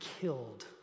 killed